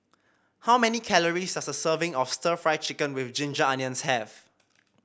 how many calories does a serving of stir Fry Chicken with Ginger Onions have